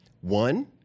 One